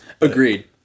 Agreed